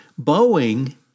Boeing